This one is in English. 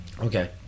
Okay